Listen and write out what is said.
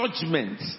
judgment